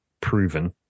proven